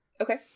okay